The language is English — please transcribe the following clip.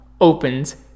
opens